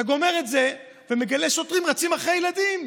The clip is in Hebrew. אתה גומר את זה ומגלה ששוטרים רצים אחרי ילדים.